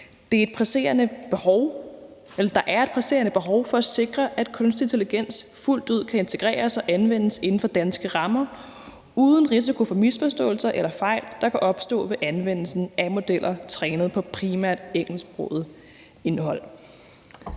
Der er et presserende behov for at sikre, at kunstig intelligens fuldt ud kan integreres og anvendes inden for danske rammer uden risiko for misforståelser eller fejl, der kan opstå ved anvendelsen af modeller trænet på primært engelsksproget indhold.